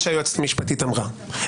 חזרת לפה לא בגלל שהיועצת המשפטית אמרה,